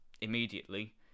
immediately